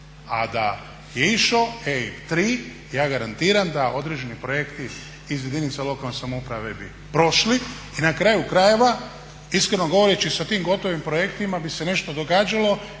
A da je išao EIB tri ja garantiram da određeni projekti iz jedinica lokalne samouprave bi prošli. I na kraju krajeva iskreno govoreći sa tim gotovim projektima bi se nešto događalo